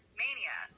mania